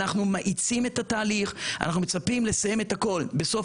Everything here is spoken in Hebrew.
אנחנו מאיצים את התהליך ומצפים לסיים את הכל בסוף